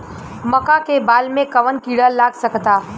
मका के बाल में कवन किड़ा लाग सकता?